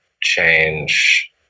change